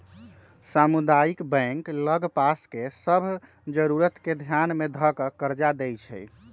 सामुदायिक बैंक लग पास के सभ जरूरत के ध्यान में ध कऽ कर्जा देएइ छइ